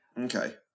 Okay